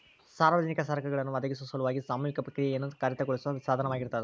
ಸಾರ್ವಜನಿಕ ಸರಕುಗಳನ್ನ ಒದಗಿಸೊ ಸಲುವಾಗಿ ಸಾಮೂಹಿಕ ಕ್ರಿಯೆಯನ್ನ ಕಾರ್ಯಗತಗೊಳಿಸೋ ಸಾಧನವಾಗಿರ್ತದ